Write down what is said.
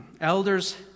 Elders